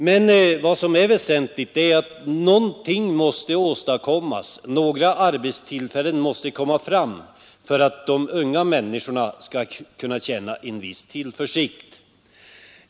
Men vad som är väsentligt är att någonting måste åstadkommas, några arbetstillfällen måste skapas, för att de unga människorna skall kunna känna en viss tillförsikt inför framtiden.